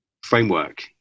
framework